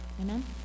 Amen